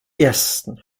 ersten